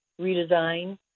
redesign